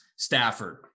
Stafford